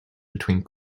between